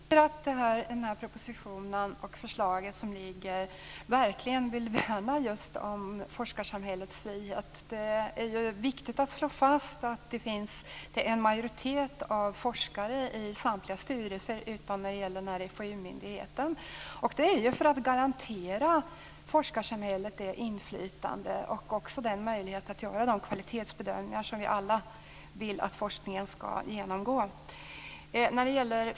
Fru talman! Jag tycker att man i den här propositionen och i det föreliggande förslaget verkligen vill värna just om forskarsamhällets frihet. Det är ju viktigt att slå fast att det är en majoritet av forskare i samtliga styrelser utom när det gäller FoU myndigheten. Och det är det för att garantera forskarsamhället inflytande och också möjlighet att göra de kvalitetsbedömningar som vi alla vill att forskningen ska genomgå.